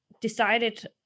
decided